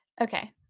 okay